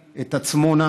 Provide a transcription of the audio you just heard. בתוך מדינת ישראל,